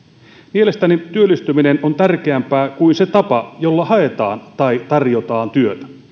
mielestäni työllistyminen on tärkeämpää kuin se tapa jolla haetaan tai tarjotaan työtä